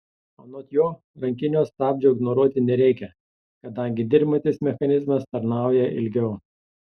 anot jo rankinio stabdžio ignoruoti nereikia kadangi dirbantis mechanizmas tarnauja ilgiau